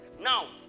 Now